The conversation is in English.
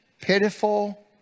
pitiful